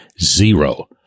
zero